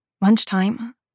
Lunchtime